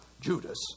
Judas